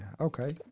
Okay